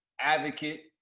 advocate